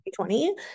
2020